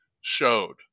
showed